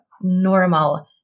normal